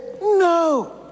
No